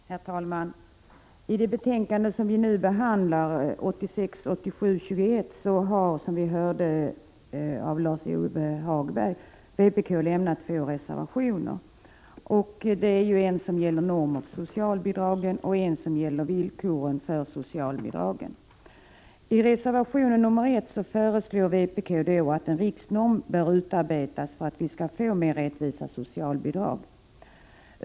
Herr talman! Till det betänkande som vi nu behandlar — socialutskottets betänkande 1986/87:21 — har, som vi nyss hörde av Lars-Ove Hagberg, vpk fogat två reservationer, en som gäller normer för socialbidragen och en som gäller villkoren för socialbidragen. I reservation nr 1 föreslår vpk att en riksnorm skall utarbetas för att vi skall få mer rättvisa socialbidrag.